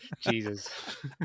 Jesus